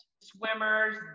swimmers